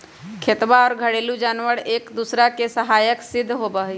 खेतवा और घरेलू जानवार एक दूसरा के सहायक सिद्ध होबा हई